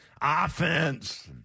offense